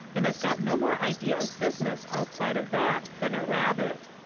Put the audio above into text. and has got no more idea of business outside of that than a rabbit.